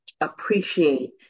appreciate